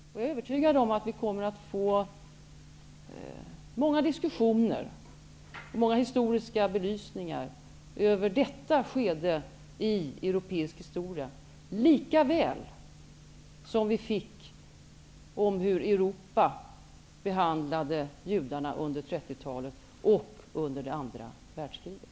Jag är övertygad om att vi kommer att få många diskussioner och många historiska belysningar över detta skede i europeisk historia, lika väl som vi fick det om hur man i Europa behandlade judarna under 30-talet och under det andra världskriget.